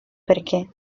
perché